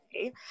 Okay